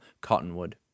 Cottonwood